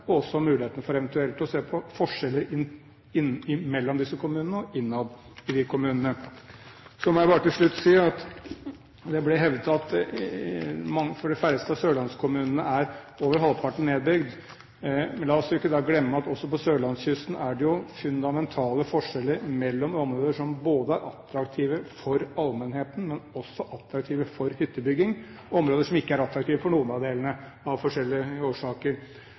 også om mulighetene for eventuelt å se på forskjeller mellom disse kommunene og innad i de kommunene. Så må jeg bare til slutt si at det ble hevdet at i de færreste av sørlandskommunene er over halvparten nedbygd. La oss ikke da glemme at også på sørlandskysten er det fundamentale forskjeller mellom områder som både er attraktive for allmennheten og attraktive for hyttebygging, og områder som ikke er attraktive for noen av delene, av forskjellige årsaker.